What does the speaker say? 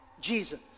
Jesus